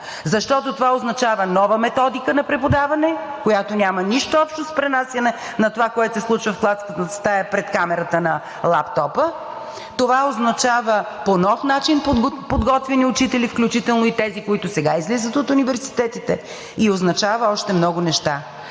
Защото това означава нова методика на преподаване, която няма нищо общо с пренасяне на това, което се случва в класната стая пред камерата на лаптопа, това означава по нов начин подготвени учители, включително и тези, които сега излизат от университетите, и означава още много неща.